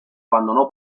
abandonó